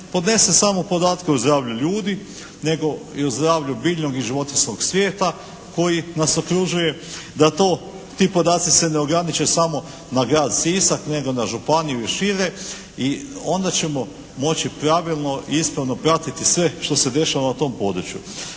podnese samo podatke o zdravlju ljudi nego i o zdravlju biljnog i životinjskog svijeta koji nas okružuje, da ti podaci se ne ograniče samo na grad Sisak nego na županiju i šire i onda ćemo moći pravilno i ispravno pratiti sve što se dešava na tom području,